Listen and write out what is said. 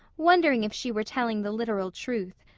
wondering if she were telling the literal truth.